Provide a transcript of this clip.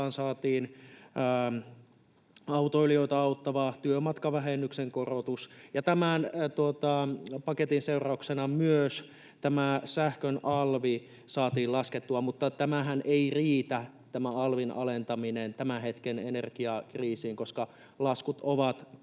saatiin autoilijoita auttava työmatkavähennyksen korotus, ja tämän paketin seurauksena myös sähkön alvi saatiin laskettua, mutta tämä alvin alentaminenhan ei riitä tämän hetken energiakriisiin, koska laskut ovat